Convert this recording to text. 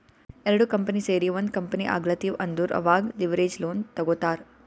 ಎರಡು ಕಂಪನಿ ಸೇರಿ ಒಂದ್ ಕಂಪನಿ ಆಗ್ಲತಿವ್ ಅಂದುರ್ ಅವಾಗ್ ಲಿವರೇಜ್ ಲೋನ್ ತಗೋತ್ತಾರ್